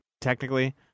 technically